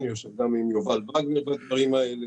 אני יושב גם עם יובל וגנר לגבי הדברים האלה.